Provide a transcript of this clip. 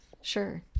sure